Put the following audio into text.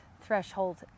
threshold